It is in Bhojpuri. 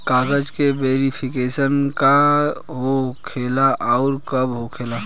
कागज के वेरिफिकेशन का हो खेला आउर कब होखेला?